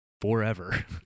forever